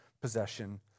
possession